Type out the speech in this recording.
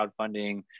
crowdfunding